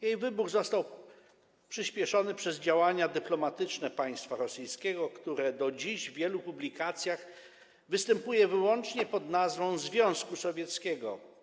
Jej wybuch został przyspieszony przez działania dyplomatyczne państwa rosyjskiego, które do dziś w wielu publikacjach występuje wyłącznie pod nazwą Związku Sowieckiego.